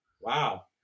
wow